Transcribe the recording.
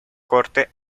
corte